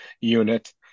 unit